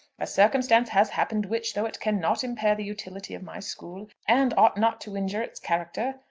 a circumstance has happened which, though it cannot impair the utility of my school, and ought not to injure its character,